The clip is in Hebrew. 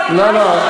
אני רוצה לדעת.